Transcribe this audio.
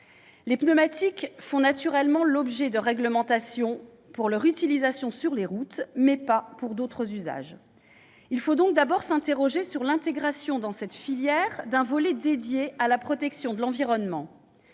Les pneumatiques font naturellement l'objet de réglementations pour leur utilisation sur les routes, mais pas pour d'autres usages. Il faut donc d'abord s'interroger sur l'intégration dans cette filière d'un volet dédié à la protection de l'environnement.